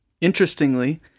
Interestingly